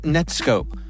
Netscope